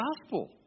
gospel